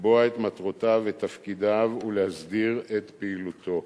לקבוע את מטרותיו ואת תפקידיו ולהסדיר את פעילותו.